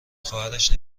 خواهرش